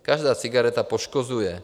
Každá cigareta poškozuje.